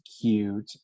cute